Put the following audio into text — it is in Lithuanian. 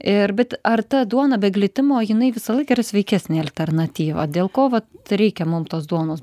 ir bet ar ta duona be glitimo jinai visą laiką yra sveikesnė alternatyva dėl ko vat reikia mum tos duonos